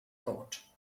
thought